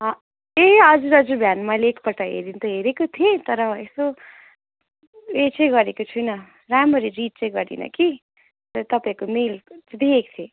ए हजुर हजुर बिहान मैले एकपल्ट हेर्न त हेरेको थिएँ तर यसो यो चाहिँ गरेको छुइनँ राम्ररी रिड चाहिँ गरिनँ कि तर तपाईँको मेल देखेको थिएँ